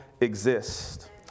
exist